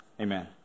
Amen